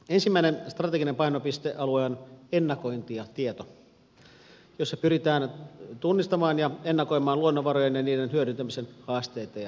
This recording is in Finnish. ensimmäinen strateginen painopistealue on ennakointi ja tieto jossa pyritään tunnistamaan ja ennakoimaan luonnonvarojen ja niiden hyödyntämisen haasteita ja tietotarpeita